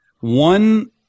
one